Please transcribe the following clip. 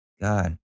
god